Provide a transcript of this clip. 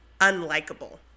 unlikable